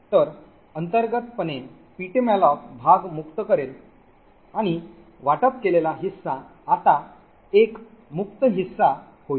तर अंतर्गतपणे ptmalloc भाग मुक्त करेल आणि वाटप केलेला हिस्सा आता एक मुक्त हिस्सा होईल